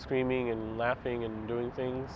screaming and laughing and doing things